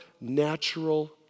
natural